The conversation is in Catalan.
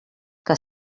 que